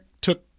took